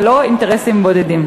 ולא אינטרסים בודדים.